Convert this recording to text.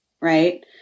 right